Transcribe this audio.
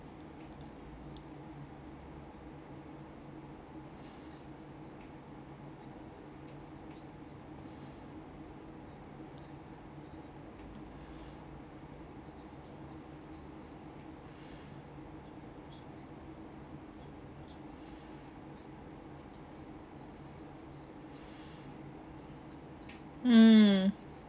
mm